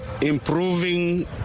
improving